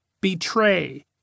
betray